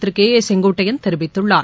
Thiru K A Sengottaiyan தெரிவித்துள்ளார்